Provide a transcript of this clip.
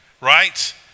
right